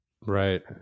Right